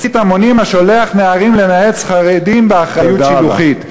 המונים השולח נערים לנאץ חרדים באחריות שילוחית.